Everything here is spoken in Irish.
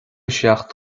seacht